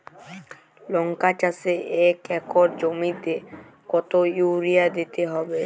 লংকা চাষে এক একর জমিতে কতো ইউরিয়া দিতে হবে?